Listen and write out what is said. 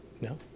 No